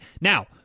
Now